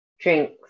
drinks